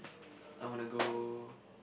I want to go